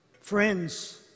friends